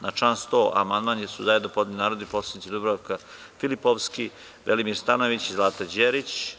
Na član 100. amandman su zajedno podneli narodni poslanici Dubravka Filipovski, Velimir Stanojević i Zlata Đerić.